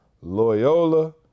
Loyola